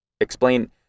Explain